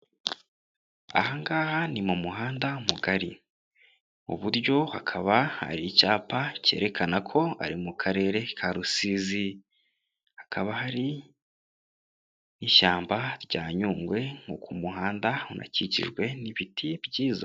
Aha ngaha ni mu muhanda mugari, mu buryo hakaba hari icyapa cyerekana ko ari mu Karere ka Rusizi, hakaba hari ishyamba rya Nyungwe, nko ku muhanda hanakikijwe n'ibiti byiza.